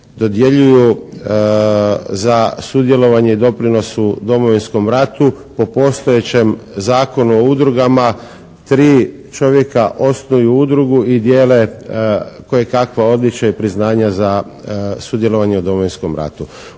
dodjeljuju za sudjelovanje i doprinosu Domovinskom ratu po postojećem Zakonu o udrugama tri čovjeka osnuju udrugu i dijele kojekakva odličja i priznanja za sudjelovanje u Domovinskom ratu.